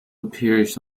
appears